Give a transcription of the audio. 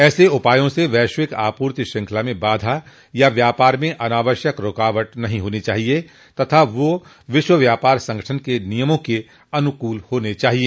ऐसे उपायों से वैश्विक आपूर्ति श्रृंखला में बाधा या व्यापार म अनावश्यक रुकावट नहीं होनी चाहिए तथा वे विश्व व्यापार संगठन के नियमों के अनुकूल होने चाहिए